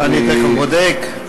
אני תכף בודק.